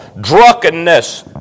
drunkenness